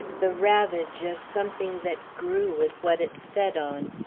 the ravage of something that grew with what it fed on,